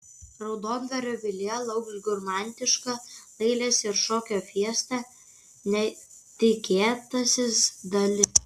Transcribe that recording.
raudondvario pilyje lauks gurmaniška dailės ir šokio fiesta netikėtasis dali